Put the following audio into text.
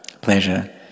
pleasure